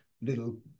little